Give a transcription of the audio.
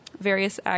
various